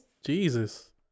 Jesus